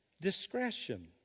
Discretion